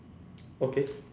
okay